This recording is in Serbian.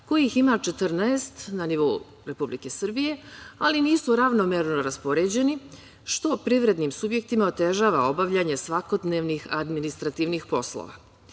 kojih ima 14 na nivou Republike Srbije, ali nisu ravnomerno raspoređeni, što privrednim subjektima otežava obavljanje svakodnevnih administrativnih poslova.